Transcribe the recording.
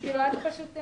סגן השר,